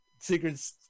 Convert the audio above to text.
secrets